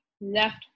left